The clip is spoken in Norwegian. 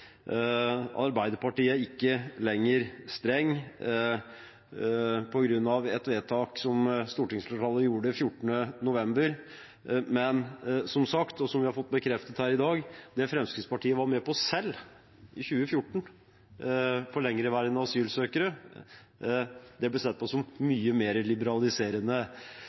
Arbeiderpartiet ikke lenger er strenge, på grunn av et vedtak som stortingsflertallet gjorde 14. november. Men som sagt og som vi har fått bekreftet her i dag – det Fremskrittspartiet selv var med på i 2014 når det gjaldt lengeværende asylsøkere, ble sett på som mye mer liberaliserende.